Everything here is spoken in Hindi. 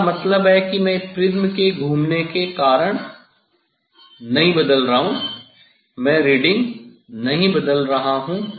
इसका मतलब है कि मैं इस प्रिज्म के घूमने के कारण नहीं बदल रहा हूं मैं रीडिंग नहीं बदल रहा हूं